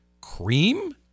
Cream